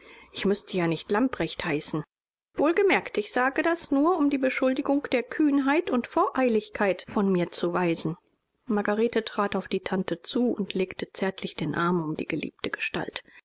ich müßte ja nicht lamprecht heißen wohlgemerkt ich sage das nur um die beschuldigung der kühnheit und voreiligkeit von mir zu weisen margarete trat auf die tante zu und legte zärtlich den arm um die geliebte gestalt